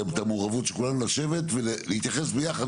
את המעורבות של כולנו לשבת ולהתייחס ביחד,